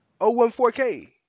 014K